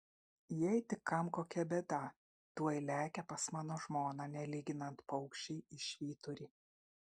jei tik kam kokia bėda tuoj lekia pas mano žmoną nelyginant paukščiai į švyturį